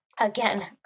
Again